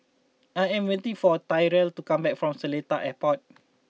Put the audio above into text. I am waiting for Tyrel to come back from Seletar Airport